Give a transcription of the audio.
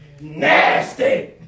nasty